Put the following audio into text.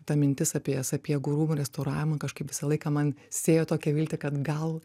ta mintis apie sapiegų rūmų restauravimą kažkaip visą laiką man sėjo tokią viltį kad gal